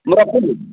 ମୁଁ ରଖୁଛି